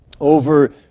over